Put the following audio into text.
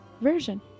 version